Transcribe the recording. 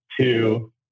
two